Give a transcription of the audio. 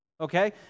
Okay